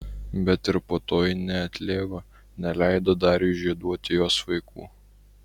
bet ir po to ji neatlėgo neleido dariui žieduoti jos vaikų